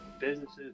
businesses